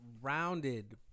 rounded